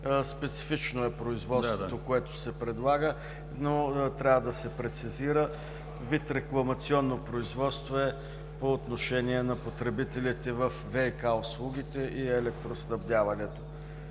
специфично е производството, което се предлага, но трябва да се прецизира. Това е вид рекламационно производство по отношение на потребителите във ВиК услугите и електроснабдяването.